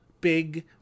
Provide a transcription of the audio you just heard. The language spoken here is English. big